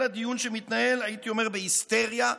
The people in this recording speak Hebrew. אלא דיון שמתנהל בהיסטריה,